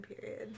period